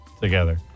together